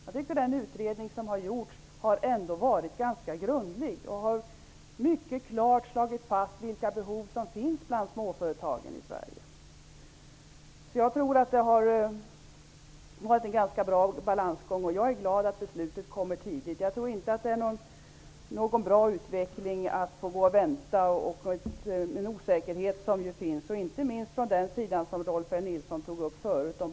Jag tycker att den utredning som har gjorts ändå har varit ganska grundlig och att den har klart slagit fast vilka behov som finns bland småföretagen i Sverige. Jag tror att balansgången har skötts bra. Jag är glad att beslutet kommer tidigt för att jag tror inte att den osäkerhet som nu råder kan ge en bra utveckling. En sådan väntan är inte bra, inte minst med tanke på frågan om personalen, som Rolf L Nilson tog upp.